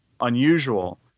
unusual